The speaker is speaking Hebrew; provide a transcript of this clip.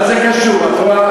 מה זה קשור, את רואה?